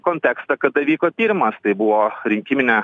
kontekstą kada vyko tyrimas tai buvo rinkiminė